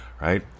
right